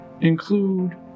include